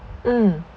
mm